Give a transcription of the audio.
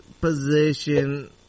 position